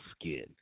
skin